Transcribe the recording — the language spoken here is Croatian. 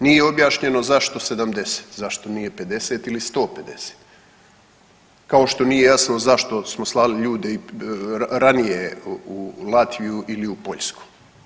Nije objašnjeno zašto 70, zašto nije 50 ili 150, kao što nije jasno zašto smo slali ljude i ranije u Latviju ili u Poljsku.